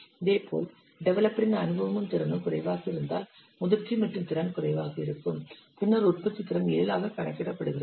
இதேபோல் டெவலப்பரின் அனுபவமும் திறனும் குறைவாக இருந்தால் முதிர்ச்சி மற்றும் திறன் குறைவாக இருக்கும் பின்னர் உற்பத்தித்திறன் 7 ஆக கணக்கிடப்படுகிறது